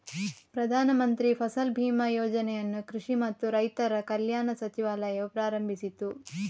ಪ್ರಧಾನ ಮಂತ್ರಿ ಫಸಲ್ ಬಿಮಾ ಯೋಜನೆಯನ್ನು ಕೃಷಿ ಮತ್ತು ರೈತರ ಕಲ್ಯಾಣ ಸಚಿವಾಲಯವು ಪ್ರಾರಂಭಿಸಿತು